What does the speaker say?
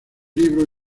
libros